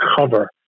cover